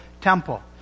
temple